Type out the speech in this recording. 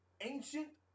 ancient